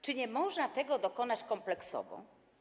Czy nie można tego dokonać kompleksowo?